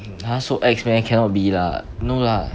!huh! so ex meh cannot be lah no lah